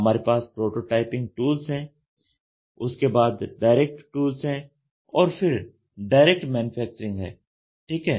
हमारे पास prototyping tools हैं उसके बाद डायरेक्ट टूल्स है और फिर डायरेक्ट मैनुफैक्चरिंग है ठीक है